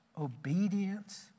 obedience